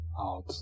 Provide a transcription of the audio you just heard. out